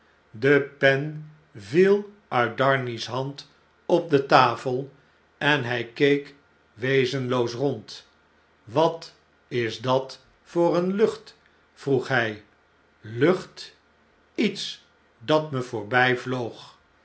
de pen viel uit darnay's hand op de tafel en hy keek wezenloos rond wat is dat voor een lucht vroeg hij lucht iets dat me